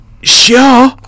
sure